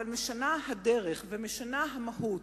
אבל משנה הדרך ומשנה המהות,